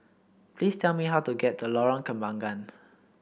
please tell me how to get the Lorong Kembagan